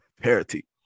Parity